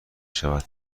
شود